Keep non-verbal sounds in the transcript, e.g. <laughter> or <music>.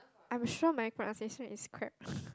I'm sure my pronunciation is crap <laughs>